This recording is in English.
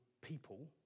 people